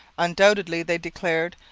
undoubtedly, they declared,